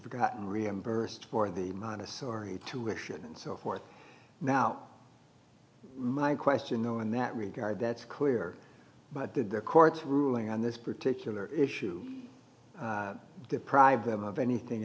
have gotten reimbursed for the montessori intuition and so forth now my question though in that regard that's clear but the court's ruling on this particular issue deprive them of anything